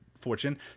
Fortune